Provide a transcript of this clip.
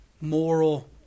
moral